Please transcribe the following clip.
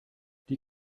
die